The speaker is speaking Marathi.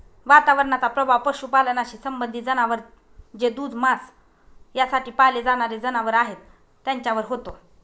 वातावरणाचा प्रभाव पशुपालनाशी संबंधित जनावर जे दूध, मांस यासाठी पाळले जाणारे जनावर आहेत त्यांच्यावर होतो